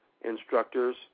instructors